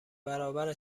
برابر